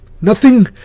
Nothing